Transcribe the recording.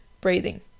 breathing